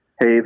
Hey